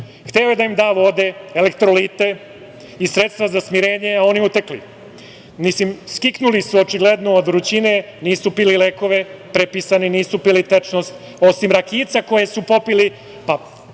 hteo je da im da vode, elektrolite i sredstva za smirenje, a oni utekli. Mislim, skiknuli su očigledno od vrućine, nisu pili lekove prepisane, nisu pili tečnost, osim rakijica koje su popili,